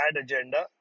agenda